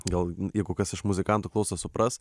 gal jeigu kas iš muzikantų klausos supras